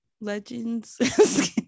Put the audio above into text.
legends